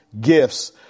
gifts